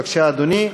בבקשה, אדוני.